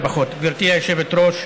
גברתי היושבת-ראש,